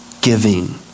Giving